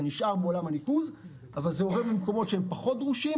זה נשאר בעולם הניקוז אבל זה עובר ממקומות פחות דרושים,